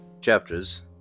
chapters